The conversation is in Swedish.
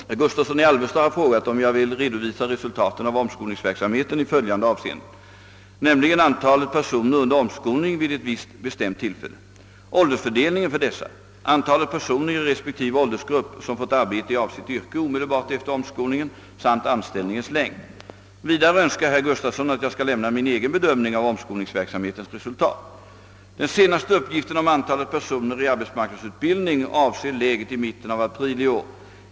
Herr talman! Herr Gustavsson i Alvesta har frågat om jag vill redovisa resultaten av omskolningsverksamheten i följande avseenden, nämligen antalet personer under omskolning vid ett visst bestämt tillfälle, åldersfördelningen för dessa, antalet personer i resp. åldersgrupp som fått arbete i avsett yrke omedelbart efter omskolningen samt anställningens längd. Vidare önskar herr Gustavsson att jag skall lämna min egen bedömning av omskolningsverksamhetens resultat. soner i arbetsmarknadsutbildning avser läget i mitten av april i år.